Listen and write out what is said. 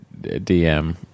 DM